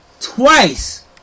Twice